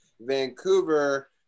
Vancouver